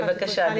בבקשה.